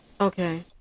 okay